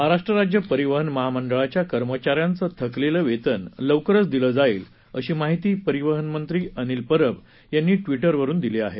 महाराष्ट्र राज्य परिवहन महामंडळाच्या कर्मचाऱ्यांचं थकलेलं वेतन लवकरच दिलं जाईल अशी माहिती परिवहन मंत्री परब यांनी ट्विटरवरून दिली आहे